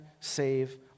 save